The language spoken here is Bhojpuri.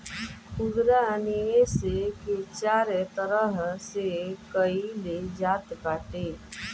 खुदरा निवेश के चार तरह से कईल जात बाटे